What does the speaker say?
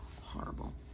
horrible